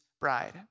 bride